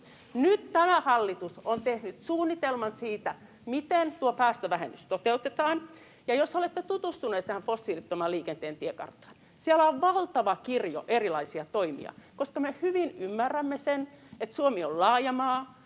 Nyt tämä hallitus on tehnyt suunnitelman siitä, miten tuo päästövähennys toteutetaan. Ja jos olette tutustuneet tähän fossiilittoman liikenteen tiekarttaan, siellä on valtava kirjo erilaisia toimia, koska me hyvin ymmärrämme sen, että Suomi on laaja maa,